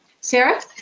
Sarah